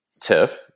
TIFF